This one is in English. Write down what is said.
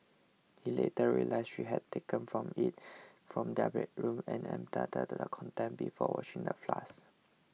he later realised she had taken from it from their bedroom and emptied the contents before washing the flask